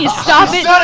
stop it.